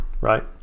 right